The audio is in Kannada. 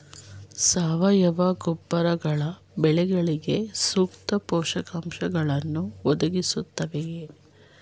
ಸಾವಯವ ಗೊಬ್ಬರಗಳು ಬೆಳೆಗಳಿಗೆ ಸೂಕ್ತ ಪೋಷಕಾಂಶಗಳನ್ನು ಒದಗಿಸುತ್ತವೆಯೇ?